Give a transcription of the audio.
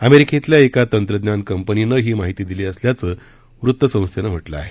अमेरिकेतल्या एका तंत्रज्ञान कंपनीनं ही माहिती दिली असल्याचं वृत्तसंस्थेनं म्हा कां आहे